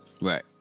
Right